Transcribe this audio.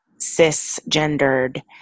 cisgendered